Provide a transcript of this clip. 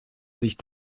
sich